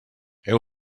heu